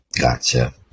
gotcha